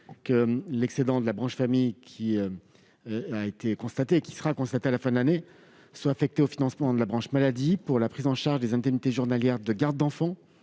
que l'excédent de la branche famille qui sera constaté à la fin de l'année soit affecté au financement de la branche maladie pour la prise en charge des indemnités journalières non pas